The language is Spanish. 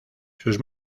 sus